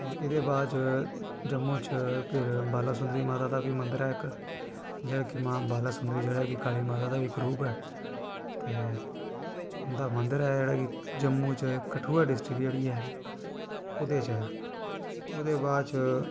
ते एह्दे बाद च जम्मू च फिर बालासुंदरी माता दा बी मंदर ऐ इक जेह्ड़ा कि मां बाला सुंदरी जेह्ड़ा कि काली माता दा गै इक रूप ऐ ते उं'दा मंदर ऐ जेह्ड़ा कि जम्मू च कठुआ डिस्ट्रिक्ट जेह्ड़ी ऐ ओह्दे च ऐ ओह्दे बाद च